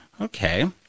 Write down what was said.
okay